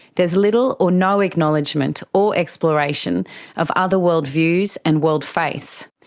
there is little or no acknowledgement or exploration of other world views and world faiths.